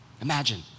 Imagine